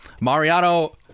Mariano